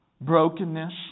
brokenness